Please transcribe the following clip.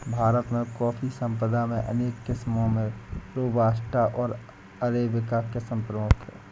भारत में कॉफ़ी संपदा में अनेक किस्मो में रोबस्टा ओर अरेबिका किस्म प्रमुख है